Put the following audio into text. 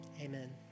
Amen